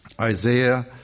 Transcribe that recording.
Isaiah